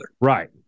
Right